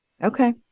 Okay